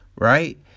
Right